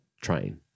train